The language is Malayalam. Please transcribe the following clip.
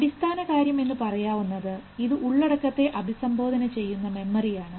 അടിസ്ഥാന കാര്യം എന്ന് പറയാവുന്നത് ഇത് ഉള്ളടക്കത്തെ അഭിസംബോധന ചെയ്യുന്ന മെമ്മറിയാണ്